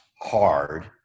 hard